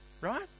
right